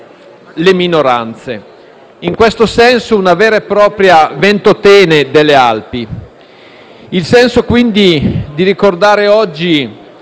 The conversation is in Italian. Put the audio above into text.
Grazie,